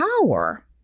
power